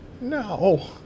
no